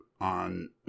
on